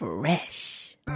Fresh